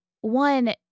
one